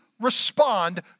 respond